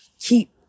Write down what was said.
keep